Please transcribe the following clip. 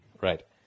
Right